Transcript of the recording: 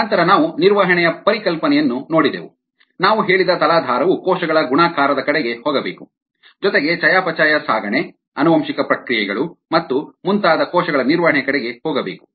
ನಂತರ ನಾವು ನಿರ್ವಹಣೆಯ ಪರಿಕಲ್ಪನೆಯನ್ನು ನೋಡಿದೆವು ನಾವು ಹೇಳಿದ ತಲಾಧಾರವು ಕೋಶಗಳ ಗುಣಾಕಾರದ ಕಡೆಗೆ ಹೋಗಬೇಕು ಜೊತೆಗೆ ಚಯಾಪಚಯ ಸಾಗಣೆ ಆನುವಂಶಿಕ ಪ್ರಕ್ರಿಯೆಗಳು ಮತ್ತು ಮುಂತಾದ ಕೋಶಗಳ ನಿರ್ವಹಣೆ ಕಡೆಗೆ ಹೋಗಬೇಕು